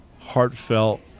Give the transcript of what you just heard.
heartfelt